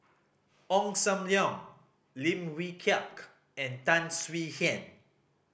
Ong Sam Leong Lim Wee Kiak and Tan Swie Hian